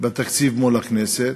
בתקציב מול הכנסת,